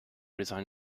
resign